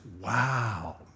wow